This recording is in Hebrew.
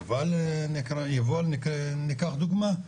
יובל כדוגמה,